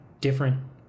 different